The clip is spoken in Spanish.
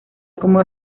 como